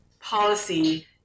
policy